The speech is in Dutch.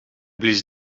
blies